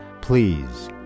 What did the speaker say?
please